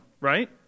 right